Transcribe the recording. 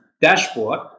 dashboard